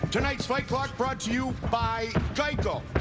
tonight's fight brought brought to you you by geico.